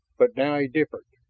but now he differed.